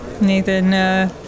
Nathan